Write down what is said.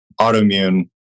autoimmune